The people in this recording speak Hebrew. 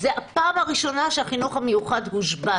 זו הפעם הראשונה שהחינוך המיוחד הושבת.